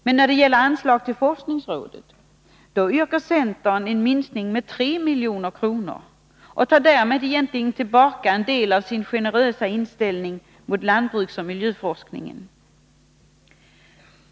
Centern föreslår emellertid en minskning med 3 milj.kr. av anslaget till forskningsrådet, och man tar därmed egentligen tillbaka en del av de medel man med en generös inställning yrkat för lantbruksoch miljöforskningen.